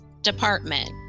department